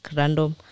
random